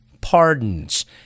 pardons